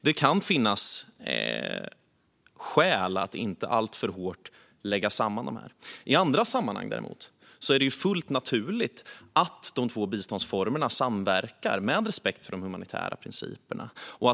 Det kan finnas skäl att inte alltför hårt lägga samman dessa. I andra sammanhang är det dock fullt naturligt att de två biståndsformerna samverkar med respekt för de humanitära principerna.